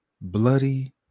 bloody